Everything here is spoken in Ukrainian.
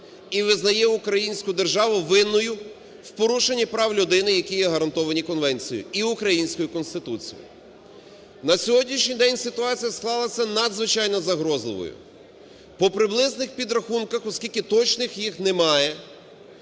і визнає українську державу винною в порушенні прав людини, які є гарантовані конвенцією і українською Конституцією. На сьогоднішній день ситуація склалася надзвичайно загрозливою. По приблизних підрахунках, оскільки точних їх немає,